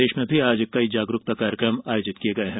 प्रदेश में भी आज कई जागरुकता कार्यक्रम आयोजित किये गये हैं